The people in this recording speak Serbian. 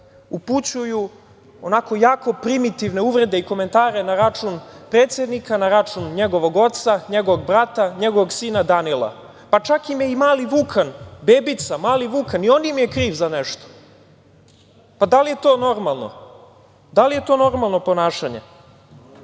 upućuju jako primitivne uvrede i komentare na račun predsednika, na račun njegovog oca, njegovog brata, njegovog sina Danila. Čak im je i mali Vukan, bebica, mali Vukan, i on im je kriv za nešto. Pa, da li je to normalno ponašanje? Ovde